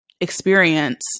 experience